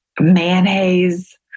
mayonnaise